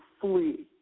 flee